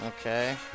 Okay